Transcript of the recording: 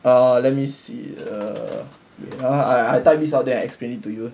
err let me see err wait ah I I type this out then I explain it to you